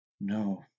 No